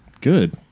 Good